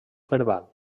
verbal